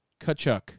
Kachuk